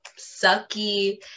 sucky